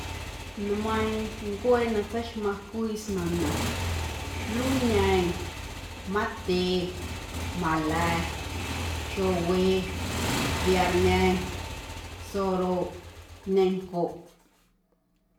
Nmeiiⁿ ncuee na tseixmaⁿ cwii smaⁿna luñe, matye, maala̱, xowe, viarñe, soroꞌ, ñencoꞌ.